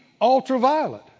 ultraviolet